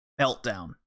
meltdown